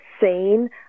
seen